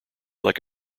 like